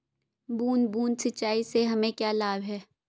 बूंद बूंद सिंचाई से हमें क्या लाभ है?